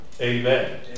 amen